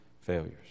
failures